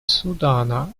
судана